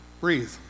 breathe